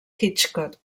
hitchcock